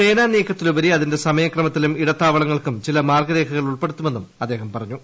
സേനാ നീക്കത്തിലുപരി അതിന്റെ സമയക്രമത്തിലും ഇടത്താവളങ്ങൾക്കും ചില മാർഗ്ഗരേഖകൾ ഉൾപ്പെടുത്തുമെന്ന് അദ്ദേഹം പറഞ്ഞു